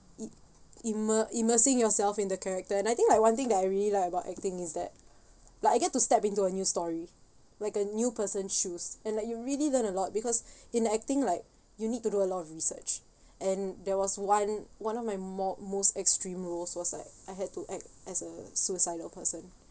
i~ immer~ immersing yourself in the character and I think like one thing that I really like about acting is that like I get to step into a new story like a new person shoes and like you really learn a lot because in acting like you need to do a lot of research and there was one one of my mo~ most extreme rules was like I had to act as a suicidal person